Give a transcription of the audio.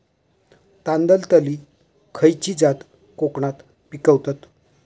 तांदलतली खयची जात कोकणात पिकवतत?